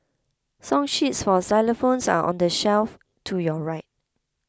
song sheets for xylophones are on the shelf to your right